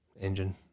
engine